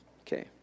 Okay